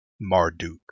Marduk